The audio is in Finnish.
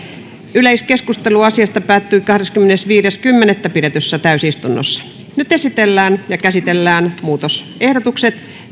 yleiskeskustelu asiasta päättyi kahdeskymmenesviides kymmenettä kaksituhattakahdeksantoista pidetyssä täysistunnossa nyt käsitellään muutosehdotukset